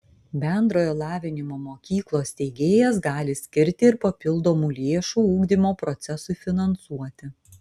bendrojo lavinimo mokyklos steigėjas gali skirti ir papildomų lėšų ugdymo procesui finansuoti